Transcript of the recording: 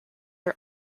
are